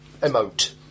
emote